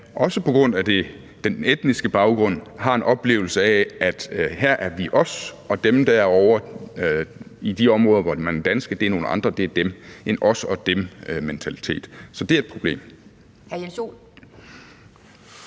også på grund af ens etniske baggrund, har en oplevelse af: Her er vi os, og dem derovre i de områder, hvor man er dansk, er nogle andre; det er dem – altså en os og dem-mentalitet. Så det er et problem.